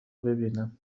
ببینم